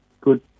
Good